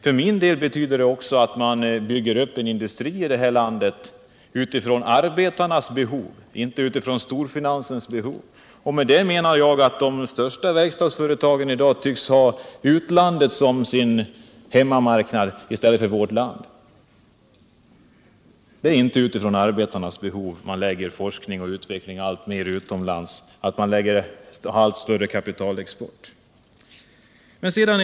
För min del betyder det också att man bygger upp en industri i detta land utifrån arbetarnas behov, och inte storfinansens behov. Med det menar jag att de största verkstadsföretagen i dag tycks ha utlandet som sin hemmamarknad i stället för vårt land. Det är inte med hänsyn till arbetarnas behov man lägger forskning och utveckling alltmer utomlands och gör allt större kapitalexporter.